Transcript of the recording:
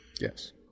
Yes